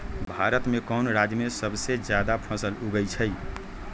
भारत में कौन राज में सबसे जादा फसल उगई छई?